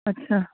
अच्छा